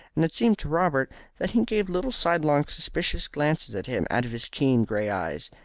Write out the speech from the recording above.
and it seemed to robert that he gave little sidelong suspicious glances at him out of his keen grey eyes.